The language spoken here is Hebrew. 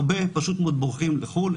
הרבה פשוט מאוד בורחים לחו"ל,